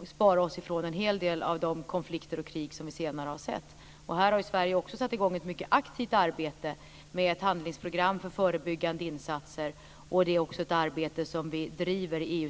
bespara oss en hel del av de konflikter och krig som vi har sett. Här har Sverige satt i gång ett mycket aktivt arbete med ett handlingsprogram för förebyggande insatser. Det är också ett arbete som vi driver i EU